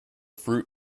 fruit